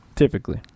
typically